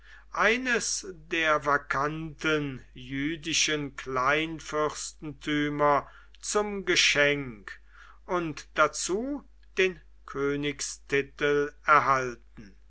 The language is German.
eines der vakanten jüdischen kleinfürstentümer zum geschenk und dazu den königstitel erhalten